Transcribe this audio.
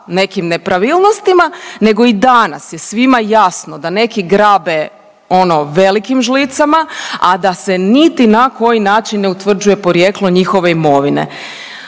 nekim nepravilnostima nego i danas je svima jasno da neki grabe ono velikim žlicama, a da se niti na koji način ne utvrđuje porijeklo njihove imovine.